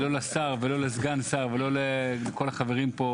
לשר ולא לסגן שר ולא לכל החברים פה.